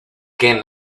qué